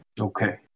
Okay